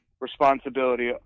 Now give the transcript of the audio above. responsibility